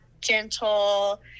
gentle